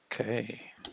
Okay